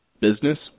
business